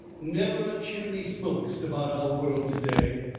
never a chimney smokes about our world to-day,